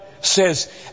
says